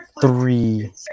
Three